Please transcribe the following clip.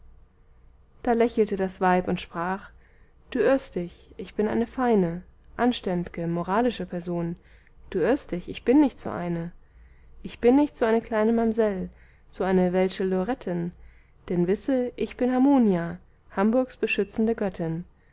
da lächelte das weib und sprach du irrst dich ich bin eine feine anständ'ge moralische person du irrst dich ich bin nicht so eine ich bin nicht so eine kleine mamsell so eine welsche lorettin denn wisse ich bin hammonia hamburgs beschützende göttin